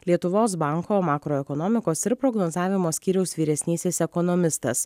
lietuvos banko makroekonomikos ir prognozavimo skyriaus vyresnysis ekonomistas